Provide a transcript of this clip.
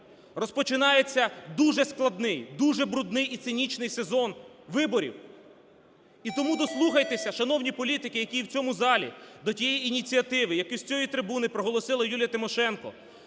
Розпочинається дуже складний, дуже брудний і цинічний сезон виборів. І тому дослухайтеся, шановні політики, які є в цьому залі, до тієї ініціативи, яку з цієї трибуни проголосила Юлія Тимошенко